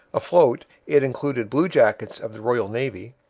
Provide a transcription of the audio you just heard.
afloat, it included bluejackets of the royal navy,